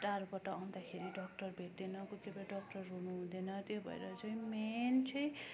टाढोबाट आउँदाखेरि डक्टर भेट्दैन कोही कोही बेला डक्टर हुनुहुँदैन त्यो भएर चाहिँ मेन चाहिँ